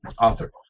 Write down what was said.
author